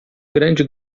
grande